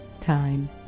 time